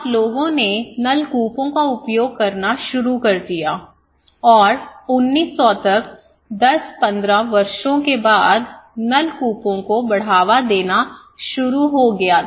अब लोगों ने नलकूपों का उपयोग करना शुरू कर दिया था और 1900 तक 10 15 वर्षों के बाद नलकूपों को बढ़ावा देना शुरू हो गया था